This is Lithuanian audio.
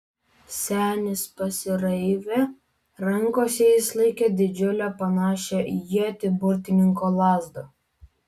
senis pasiraivė rankose jis laikė didžiulę panašią į ietį burtininko lazdą